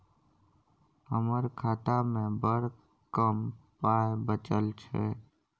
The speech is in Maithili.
हमर खातामे बड़ कम पाइ बचल छै